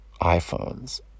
iPhones